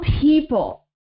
people